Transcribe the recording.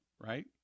right